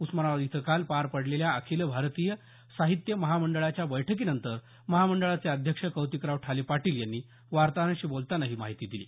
उस्मानाबाद इथं काल पार पडलेल्या अखिल भारतीय साहित्य महामंडळाच्या बैठकीनंतर महामंडळाचे अध्यक्ष कौतिकराव ठाले पाटील यांनी वार्ताहरांशी बोलताना ही माहिती दिली